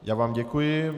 Já vám děkuji.